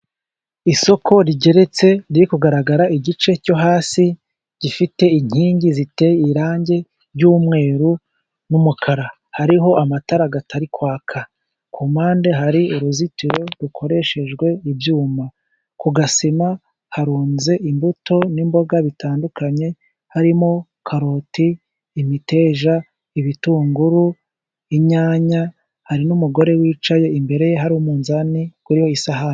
Isoko rigeretse riri kugaragara igice cyo hasi, gifite inkingi ziteye irangi ry'umweru n'umukara, hariho amatara atari kwaka, ku mpande hari uruzitiro rukoreshejwe ibyuma, ku gasima harunze imbuto n'imboga bitandukanye, harimo karoti, imiteja, ibitunguru, inyanya, hari n'umugore wicaye imbereye hari umunzani uriho isahani.